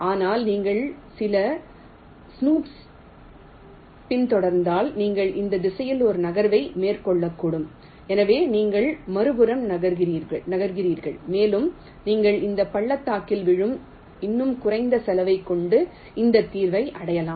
ஆனால் நீங்கள் சில ஸ்னூப்புகளைப் பின்தொடர்ந்தால் நீங்கள் இந்த திசையில் ஒரு நகர்வை மேற்கொள்ளக்கூடும் எனவே நீங்கள் மறுபுறம் நகர்கிறீர்கள் மேலும் நீங்கள் இந்த பள்ளத்தாக்கில் விழுந்து இன்னும் குறைந்த செலவைக் கொண்ட இந்த தீர்வை அடையலாம்